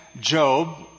Job